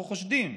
אנחנו חושדים,